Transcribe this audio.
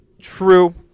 True